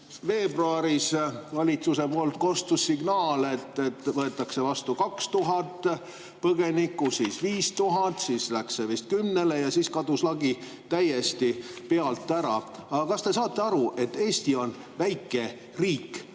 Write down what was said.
veebruaris valitsuse poolt kostis signaale, et võetakse vastu 2000 põgenikku, siis 5000, siis läks see vist 10 000-le ja kadus lagi täiesti pealt ära. Aga kas te saate aru, et Eesti on väike riik?